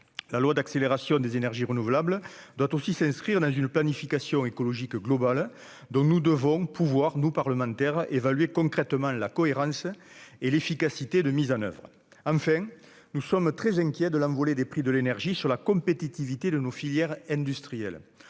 La loi d'accélération de la production d'énergies renouvelables doit aussi s'inscrire dans une planification écologique globale, dont il nous faut pouvoir, en tant que parlementaires, évaluer concrètement la cohérence et l'efficacité de mise en oeuvre. Enfin, nous sommes très inquiets des effets de l'envolée des prix de l'énergie sur la compétitivité de nos filières industrielles.